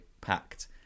packed